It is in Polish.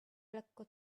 lekko